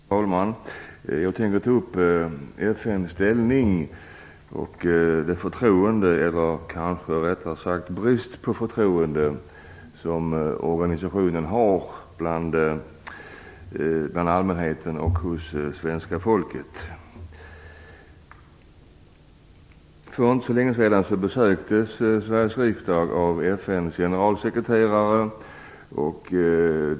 Herr talman! Jag tänker ta upp frågan om FN:s ställning och det förtroende eller kanske rättare sagt den brist på förtroende som organisationen har bland allmänheten, även hos svenska folket. För inte så länge sedan besöktes Sveriges riksdag av FN:s generalsekreterare.